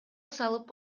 салып